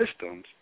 systems